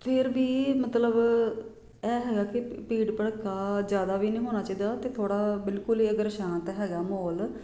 ਫਿਰ ਵੀ ਮਤਲਬ ਇਹ ਹੈਗਾ ਕਿ ਭੀੜ ਭੜੱਕਾ ਜ਼ਿਆਦਾ ਵੀ ਨਹੀਂ ਹੋਣਾ ਚਾਹੀਦਾ ਅਤੇ ਥੋੜ੍ਹਾ ਬਿਲਕੁਲ ਹੀ ਅਗਰ ਸ਼ਾਂਤ ਹੈਗਾ ਮਾਹੌਲ